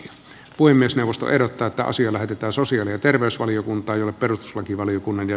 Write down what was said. puhemiesneuvosto ehdottaa että asia lähetetään sosiaali ja terveysvaliokunta ja perustuslakivaliokunnan ja